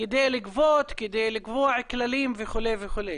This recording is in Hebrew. כדי לגבות, כדי לקבוע כללים וכו'.